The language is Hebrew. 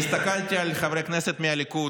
הסתכלתי על חברי הכנסת מהליכוד